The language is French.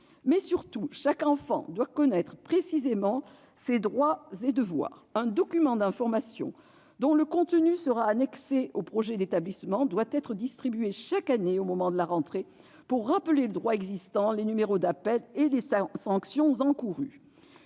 Surtout, chaque enfant doit connaître précisément ses droits et ses devoirs. Un document d'information, dont le contenu sera annexé au projet d'établissement, doit être distribué chaque année au moment de la rentrée pour rappeler le droit existant, les numéros d'appel et les sanctions encourues.